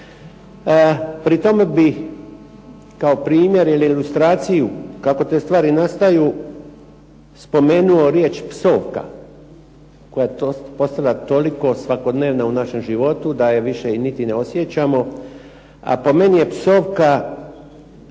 Prema tome bih kao primjer ili ilustraciju kako te stvari nastaju spomenuo riječ psovka koja je postala toliko svakodnevna u našem životu da je više niti ne osjećamo, po meni je psovka